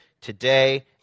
today